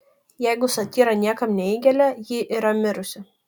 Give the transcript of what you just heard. jeigu satyra niekam neįgelia ji yra mirusi